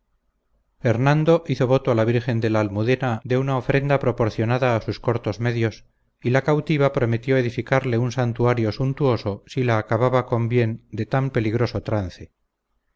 hernando hizo voto a la virgen de la almudena de una ofrenda proporcionada a sus cortos medios y la cautiva prometió edificarle un santuario suntuoso si la sacaba con bien de tan peligroso trance